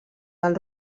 del